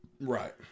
Right